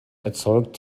erzeugt